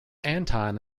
anton